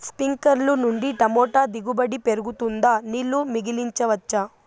స్ప్రింక్లర్లు నుండి టమోటా దిగుబడి పెరుగుతుందా? నీళ్లు మిగిలించవచ్చా?